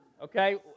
Okay